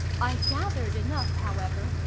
i gathered enough, however,